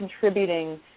contributing